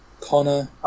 Connor